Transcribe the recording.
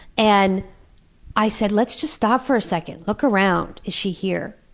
and i said, let's just stop for a second. look around. is she here?